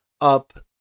up